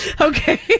okay